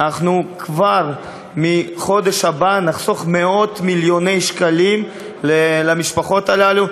כבר מהחודש הבא נחסוך מאות-מיליוני שקלים למשפחות האלה.